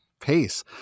pace